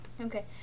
okay